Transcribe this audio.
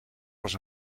was